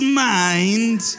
mind